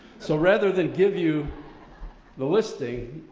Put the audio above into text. so rather than give you the listing,